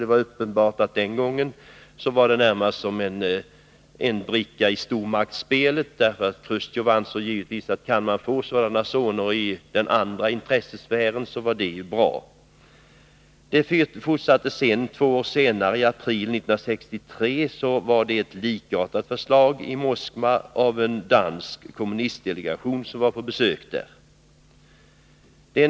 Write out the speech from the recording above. Det var uppenbart att det den gången närmast var fråga om en bricka i stormaktsspelet. Chrustjev ansåg givetvis att kunde man få sådana zoner i den andra intressesfären så var det ju bra. Det fortsatte två år senare med ett likartat förslag i april 1963 av en dansk kommunistdelegation som var på besök i Moskva.